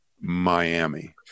Miami